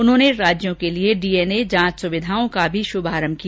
उन्होंने राज्यों के लिए डीएनए जांच सुविधाओं का भी शुभारंभ किया